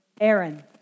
Aaron